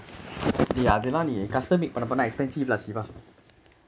dey அதுலா நீ:athulaa nee customic பண்ண போனா:panna ponaa expensive lah shiva